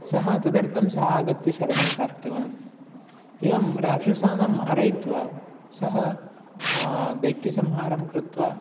सः तदर्थं सः आगत्य शरणं प्राप्तवान् एवं राक्षसान् मारयित्वा सः दैत्यसंहारं कृत्वा